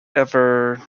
ever